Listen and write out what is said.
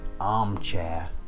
armchair